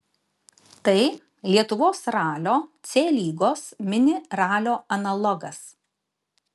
tai lietuvos ralio c lygos mini ralio analogas